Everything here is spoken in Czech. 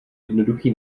jednoduchý